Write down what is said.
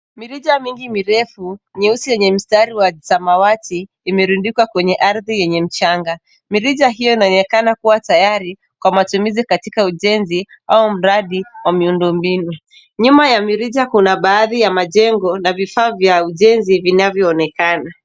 Mirija mingi mirefu nyeusi yenye msitari wa samawati imerundikwa kwenye ardhi yenye mchanga. Mirija hiyo inaonekana kuwa tayari kwa matumizi katika ujenzi au mradi wa miundo mbinu. Nyuma ya mirija kuna baadhi ya majengo na vifaa vya ujenzi vinavyoonekana.